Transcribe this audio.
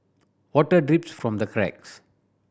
water drips from the cracks